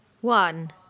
One